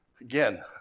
again